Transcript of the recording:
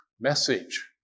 message